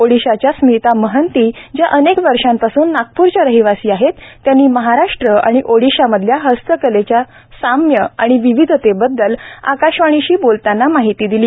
ओडिसाच्या स्मिता महंती ज्या अनेक वर्षांपासून नागप्रच्या रहिवासी आहेत त्यांनी महाराष्ट्र आणि ओडिसामधल्या हस्तकलेच्या साम्य आणि विविधतेबद्दल आकाशवाणीशी बोलताना माहिती दिली